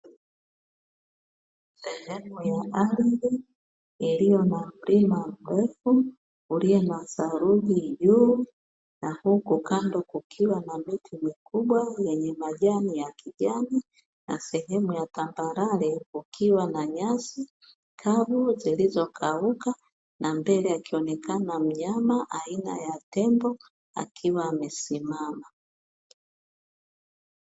Sehemu ya ardhi iliyo na mlima mrefu, ulio na saruji juu na huku kando kukiwa na miti mikubwa yenye majani ya kijani na sehemu ya tambarare kukiwa na nyasi kavu zilizo kauka na mbele akionekana mnyama aina ya tembo akiwa amesimama.